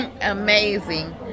Amazing